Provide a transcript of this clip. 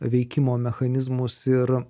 veikimo mechanizmus ir